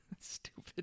Stupid